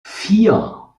vier